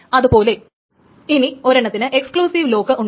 അതുപോലെ ഇനി ഒരെണ്ണത്തിന് എക്സ്ക്ലൂസീവ് ലോക്ക് ഉണ്ട്